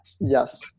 Yes